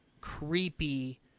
creepy